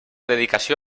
dedicació